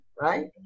right